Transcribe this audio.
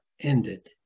ended